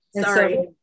Sorry